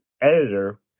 editor